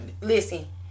listen